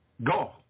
Go